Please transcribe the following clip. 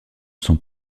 sont